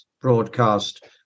broadcast